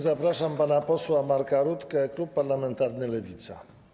Zapraszam pana posła Marka Rutkę, klub parlamentarny Lewica.